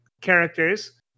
characters